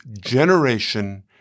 generation